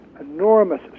enormous